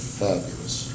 fabulous